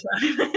time